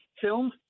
film